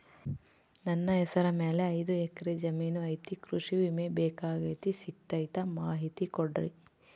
ನನ್ನ ಹೆಸರ ಮ್ಯಾಲೆ ಐದು ಎಕರೆ ಜಮೇನು ಐತಿ ಕೃಷಿ ವಿಮೆ ಬೇಕಾಗೈತಿ ಸಿಗ್ತೈತಾ ಮಾಹಿತಿ ಕೊಡ್ರಿ?